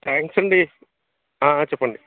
thanks అండి చెప్పండి